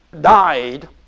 Died